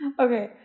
Okay